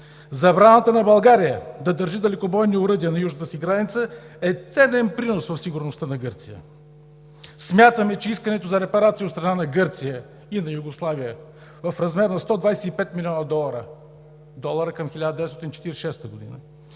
Забраната на България да държи далекобойни оръдия на южната си граница е ценен принос в сигурността на Гърция. Смятаме, че искането за репарации от страна на Гърция и на Югославия в размер на 125 млн. долара – доларът към 1946 г.,